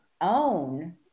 own